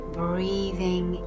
breathing